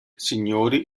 signori